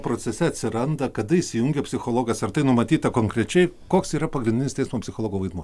procese atsiranda kada įsijungia psichologas ar tai numatyta konkrečiai koks yra pagrindinis teismo psichologo vaidmuo